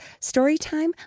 Storytime